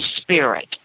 spirit